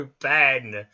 Ben